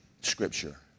Scripture